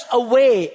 away